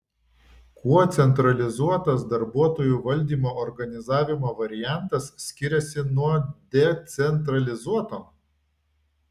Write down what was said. kuo centralizuotas darbuotojų valdymo organizavimo variantas skiriasi nuo decentralizuoto